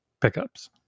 pickups